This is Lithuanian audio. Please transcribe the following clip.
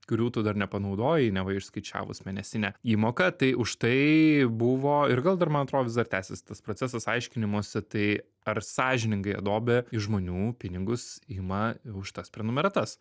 kurių tu dar nepanaudojai neva išskaičiavus mėnesinę įmoką tai už tai buvo ir gal dar man atrodo vis dar tęsis tas procesas aiškinimosi tai ar sąžiningai adobe iš žmonių pinigus ima už tas prenumeratas